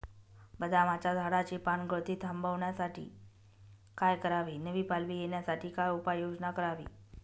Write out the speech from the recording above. बदामाच्या झाडाची पानगळती थांबवण्यासाठी काय करावे? नवी पालवी येण्यासाठी काय उपाययोजना करावी?